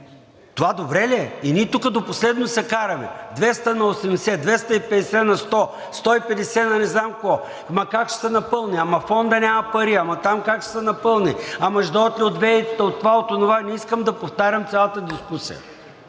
това добре ли е? И ние тук до последно се караме – 200 на 80, 250 на 100, 150 на не знам какво, ама как ще се напълни, ама фондът няма пари, ама там как ще се напълни, ама ще дойдат ли от ВЕИ-та, от това, от онова – не искам да повтарям цялата дискусия.